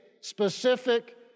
specific